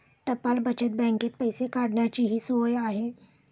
टपाल बचत बँकेत पैसे काढण्याचीही सोय आहे